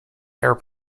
air